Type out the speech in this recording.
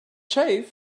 shave